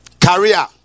career